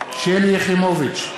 שלי יחימוביץ,